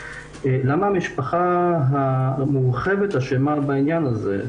למה המשפחה המורחבת אשמה בעניין הזה?